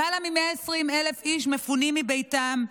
למעלה מ-120,000 איש מפונים מביתם,